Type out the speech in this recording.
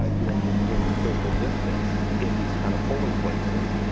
ah you know, maintaining social distance in these kind of polling places.